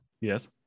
Yes